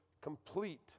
complete